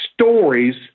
stories